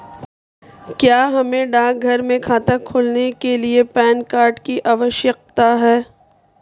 क्या हमें डाकघर में खाता खोलने के लिए पैन कार्ड की आवश्यकता है?